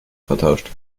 vertauscht